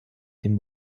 dem